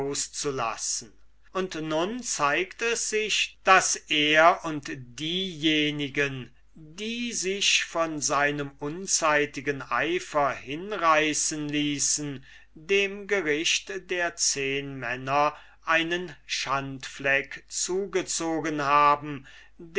auszulassen und nun zeigt es sich daß er und diejenigen die sich von seinem unzeitigen eifer hinreißen ließen dem gericht der zehnmänner einen schandfleck zugezogen haben